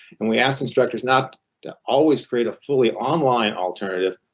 and we asked instructors not always create a fully online alternative,